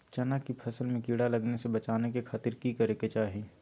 चना की फसल में कीड़ा लगने से बचाने के खातिर की करे के चाही?